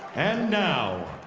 and now,